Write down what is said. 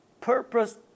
purpose